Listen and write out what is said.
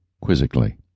quizzically